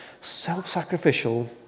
self-sacrificial